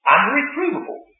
Unreprovable